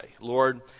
Lord